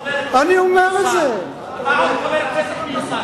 אני אומר את זה, אתה חבר כנסת מיוסר.